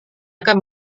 akan